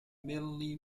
mainly